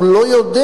הוא לא יודע,